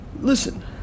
listen